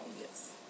Yes